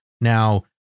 Now